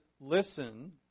listen